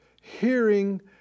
hearing